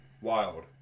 wild